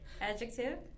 Adjective